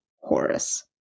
Horus